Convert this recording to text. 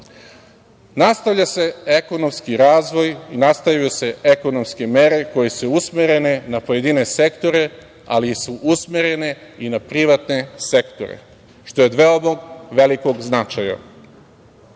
nastavlja se ekonomski razvoj i nastavljaju se ekonomske mere koje su usmerene na pojedine sektore, ali su usmerene i na privatne sektore što je od velikog značaja. Najveći